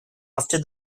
after